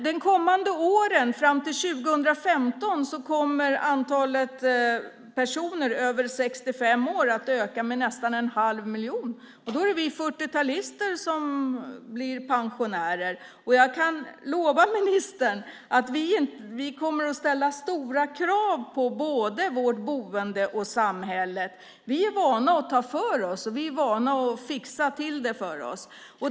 De kommande åren, fram till 2015, kommer antalet personer över 65 år att öka med nästan en halv miljon. Då är det vi 40-talister som blir pensionärer, och jag kan lova ministern att vi kommer att ställa stora krav på både vårt boende och samhället. Vi är vana att ta för oss och fixa till det för oss.